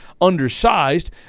undersized